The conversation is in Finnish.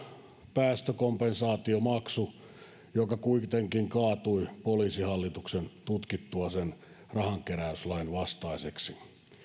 päästökompensaatiomaksu joka kuitenkin kaatui poliisihallituksen tutkittua sen rahankeräyslain vastaiseksi